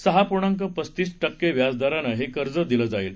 सहापूर्णांकपस्तीस क्केव्याजदरानंहेकर्जदिलंजाईल